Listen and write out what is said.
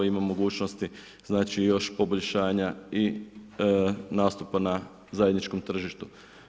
Ima mogućnosti znači još poboljšanja i nastupa na zajedničkom tržištu.